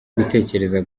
gutekereza